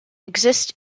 exist